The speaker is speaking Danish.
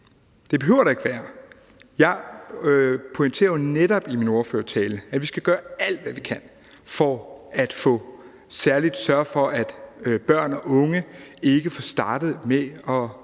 Det behøver der ikke være. Jeg pointerede jo netop i min ordførertale, at vi skal gøre alt, hvad vi kan, for at sørge for, at særlig børn og unge ikke begynder at